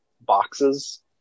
boxes